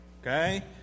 Okay